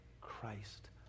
Christ